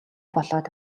болоод